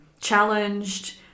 challenged